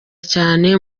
cyane